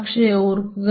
പക്ഷെ ഓർക്കുക